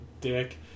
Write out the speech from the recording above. dick